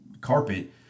carpet